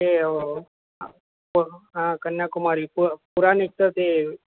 ते हा कन्याकुमारी पु पुराणचं ते